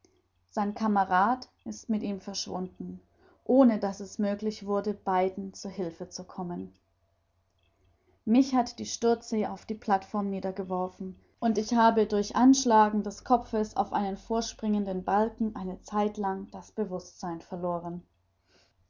sein kamerad ist mit ihm verschwunden ohne daß es möglich wurde beiden zu hilfe zu kommen mich hat die sturzsee auf die plateform niedergeworfen und ich habe durch anschlagen des kopfes auf einen vorspringenden balken eine zeit lang das bewußtsein verloren